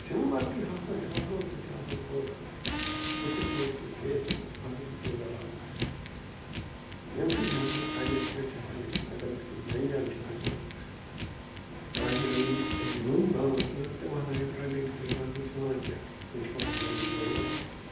similarity ہسا چھِ آسان سۅ چھِ آسان تھوڑا بُتھِس منٛز کہِ فیٚس اَکھ أکِس سۭتۍ رلان ییٚمہِ سۭتۍ ہسا ایٚڈِنٛٹ فاے چھِ ہیٚکان گٔژھِتھ اگر أسۍ کُنہٕ نیہِ جایہِ چھِ گژھان کانٛہہ جایہ ییٚلہِ نہٕ اَسہِ نۅم زانان کیٚنٛہہ تِم ہسا چھِ اَسہِ اَیڈیںٛٹ فاے کران تِم چھِ وَنان کیٛاہ تُہۍ چھِوا پانہٕ وٲنۍ بٲے بارٕنۍ